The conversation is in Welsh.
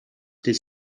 ddydd